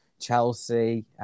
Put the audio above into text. Chelsea